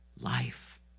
life